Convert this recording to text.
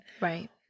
right